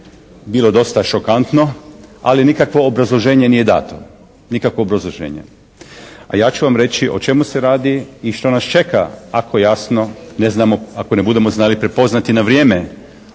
bilo dosta šokantno, ali nikakvo obrazloženje nije dati, nikakvo obrazloženje. A ja ću vam reći o čemu se radi i što nas čeka ako jasno ne znamo, ako ne budemo znali prepoznati na vrijeme